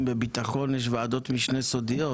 אם בביטחון יש וועדות משנה סודיות,